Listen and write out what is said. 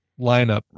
lineup